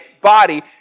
body